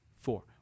four